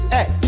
Hey